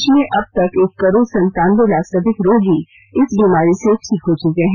देश में अब तक एक करोड संतानबे लाख से अधिक रोगी इस बीमारी से ठीक हो चुके हैं